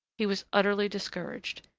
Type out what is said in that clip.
he was utterly discouraged.